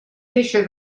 deixe